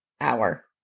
hour